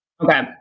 Okay